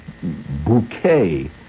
bouquet